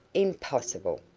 impossible.